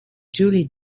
julie